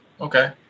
okay